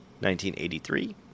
1983